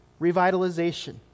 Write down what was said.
revitalization